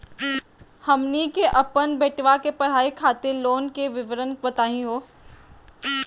हमनी के अपन बेटवा के पढाई खातीर लोन के विवरण बताही हो?